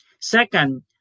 second